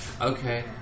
okay